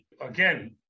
Again